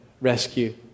rescue